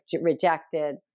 rejected